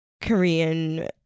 Korean